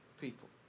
people